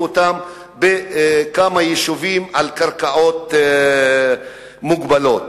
אותם בכמה יישובים על קרקעות מוגבלות.